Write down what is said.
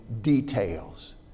details